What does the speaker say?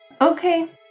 Okay